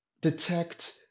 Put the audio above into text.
detect